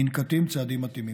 ננקטים צעדים מתאימים.